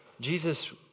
Jesus